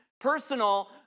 personal